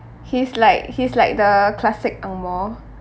he's like he's like the classic angmoh